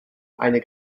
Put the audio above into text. eine